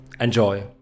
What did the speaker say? enjoy